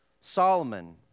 Solomon